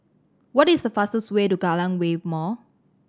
what is the fastest way to Kallang Wave Mall